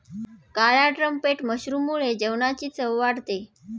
काळ्या ट्रम्पेट मशरूममुळे जेवणाची चव वाढते